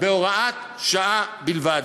בהוראת שעה בלבד.